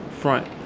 front